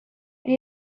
and